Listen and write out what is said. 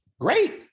Great